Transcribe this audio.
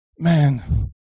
Man